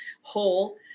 whole